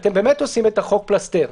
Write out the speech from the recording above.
אתם באמת עושים את החוק פלסתר.